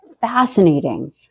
fascinating